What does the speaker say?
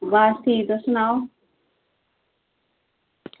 बस ठीक तुस सनाओ